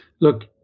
look